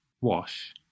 wash